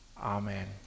Amen